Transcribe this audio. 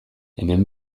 hemen